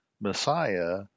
messiah